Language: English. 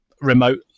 remote